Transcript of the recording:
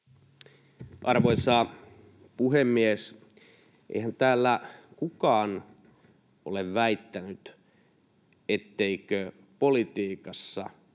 Arvoisa puhemies! Eihän täällä kukaan ole väittänyt, etteikö politiikassa